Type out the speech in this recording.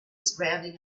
surrounding